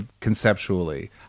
conceptually